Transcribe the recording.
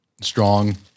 strong